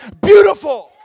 beautiful